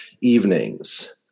evenings